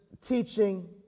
teaching